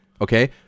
Okay